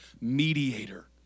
mediator